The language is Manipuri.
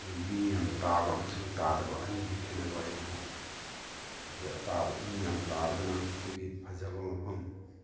ꯑꯗꯨꯅ ꯃꯤ ꯌꯥꯝꯅ ꯇꯥꯕ ꯑꯃꯁꯨꯡ ꯇꯥꯗꯕ ꯑꯅꯤꯒꯤ ꯈꯦꯠꯅꯕ ꯍꯥꯏꯕꯕꯨ ꯑꯩꯈꯣꯏ ꯑꯇꯥꯕ ꯃꯤ ꯌꯥꯝ ꯇꯥꯔꯒꯅ ꯑꯩꯈꯣꯏꯒꯤ ꯐꯖꯕ ꯃꯐꯝ